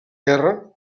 guerra